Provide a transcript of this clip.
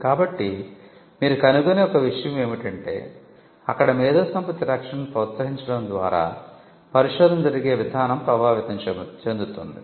కాబట్టి మీరు కనుగొనే ఒక విషయం ఏమిటంటే అక్కడ మేధోసంపత్తి రక్షణను ప్రోత్సహించడం ద్వారా పరిశోధన జరిగే విధానo ప్రభావితం చెందుతుంది